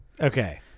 Okay